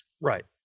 Right